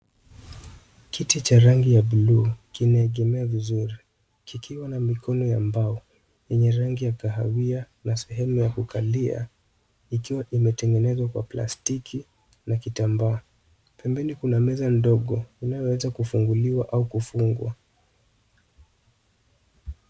Kiti cha rangi ya blue kimeegemea vizuri, kikiwa na mikono ya mbao yenye rangi ya kahawia, na sehemu ya kukalia, ikiwa imetengenezwa kwa plastiki na kitambaa. Pembeni kuna meza ndogo, inayoweza kufunguliwa au kufungwa.